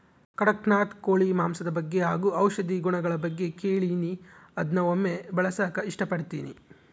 ಕಡಖ್ನಾಥ್ ಕೋಳಿ ಮಾಂಸದ ಬಗ್ಗೆ ಹಾಗು ಔಷಧಿ ಗುಣಗಳ ಬಗ್ಗೆ ಕೇಳಿನಿ ಅದ್ನ ಒಮ್ಮೆ ಬಳಸಕ ಇಷ್ಟಪಡ್ತಿನಿ